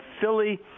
Philly